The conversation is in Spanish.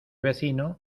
vecino